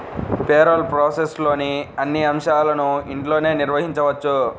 payroll ప్రాసెస్లోని అన్ని అంశాలను ఇంట్లోనే నిర్వహించవచ్చు